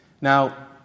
Now